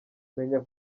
menya